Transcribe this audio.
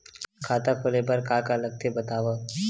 खाता खोले बार का का लगथे बतावव?